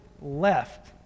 left